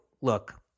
look